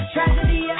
Tragedy